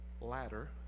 ladder